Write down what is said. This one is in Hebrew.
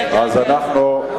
אז אנחנו,